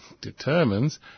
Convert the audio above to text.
determines